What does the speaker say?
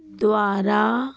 ਦੁਆਰਾ